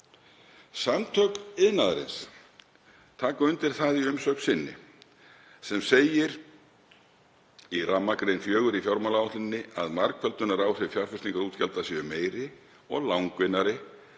Samtök iðnaðarins taka undir það í umsögn sinni sem segir í rammagrein 4 í fjármálaáætluninni, að margföldunaráhrif fjárfestingarútgjalda séu meiri og langvinnari